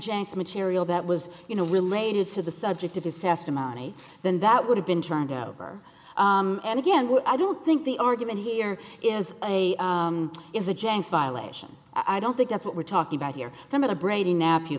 janks material that was you know related to the subject of his testimony then that would have been turned out over and again i don't think the argument here is a is a chance violation i don't think that's what we're talking about here some of the brady n